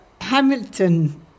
Hamilton